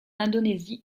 indonésie